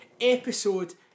episode